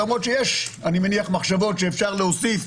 למרות שיש אני מניח מחשבות שאפשר להוסיף,